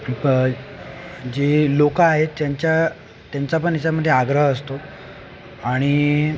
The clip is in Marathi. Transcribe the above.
क जे लोकं आहेत त्यांच्या त्यांचा पण याच्यामध्ये आग्रह असतो आणि